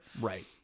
right